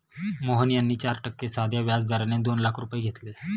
मोहन यांनी चार टक्के साध्या व्याज दराने दोन लाख रुपये घेतले